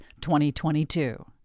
2022